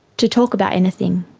to talk about anything.